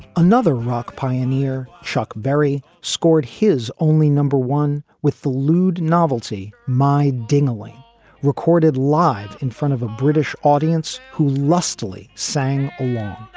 another rock pioneer, chuck berry, scored his only number one with the lude novelty. my dingli recorded live in front of a british audience who lustily sang along.